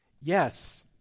Yes